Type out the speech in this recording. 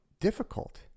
difficult